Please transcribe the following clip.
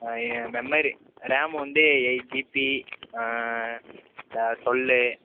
ஆ memory RAM வந்து eight GB twelve